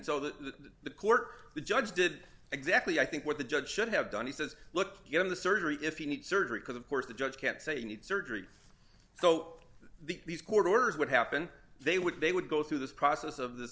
so that the court the judge did exactly i think what the judge should have done he says look give the surgery if you need surgery because of course the judge can't say you need surgery so these court orders would happen they would they would go through this process of th